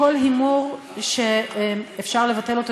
כל הימור שאפשר לבטל אותו,